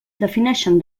defineixen